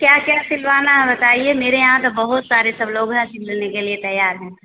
क्या क्या सिलवाना है बताइए मेरे यहाँ तो बहुत सारे सब लोग है सील देने के लिए तैयार हैं